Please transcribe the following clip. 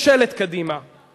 עכשיו אני נותן לאופיר יותר.